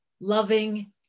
loving